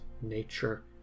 nature